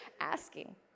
asking